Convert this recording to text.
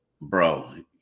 Bro